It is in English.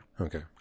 Okay